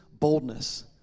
boldness